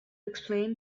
explain